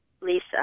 Lisa